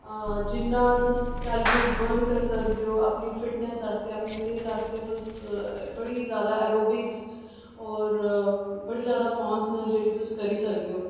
जिन्ना तुस calories burn करी सकदे ओ अपनी फिटनैस आस्तै अपनी सेह्त आस्तै तुस बड़ी जैदा ऐरोविक्स और बड़ी जैदा फार्मां न जेह्ड़ी तुस करी सकदे ओ